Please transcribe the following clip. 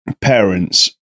parents